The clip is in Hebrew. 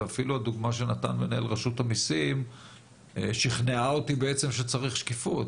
ואפילו הדוגמה שנתן מנהל רשות המיסים שכנעה אותי בעצם שצריך שקיפות,